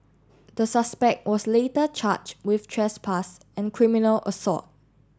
the suspect was later charged with trespass and criminal assault